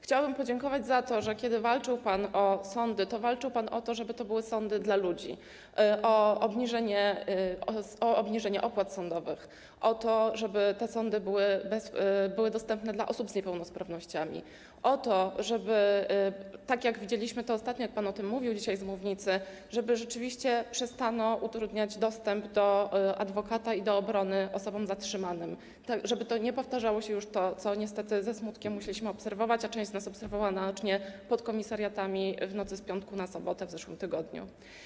Chciałabym podziękować za to, że kiedy walczył pan o sądy, to walczył pan o to, żeby to były sądy dla ludzi: o obniżenie opłat sądowych, o to, żeby sądy były dostępne dla osób z niepełnosprawnościami, o to, żeby - jak ostatnio to widzieliśmy i jak pan o tym mówił dzisiaj z mównicy - rzeczywiście przestano utrudniać dostęp do adwokata i do obrony osobom zatrzymanym, żeby nie powtarzało się już to, co niestety ze smutkiem musieliśmy obserwować, a część z nas obserwowała naocznie pod komisariatami w nocy z piątku na sobotę w zeszłym tygodniu.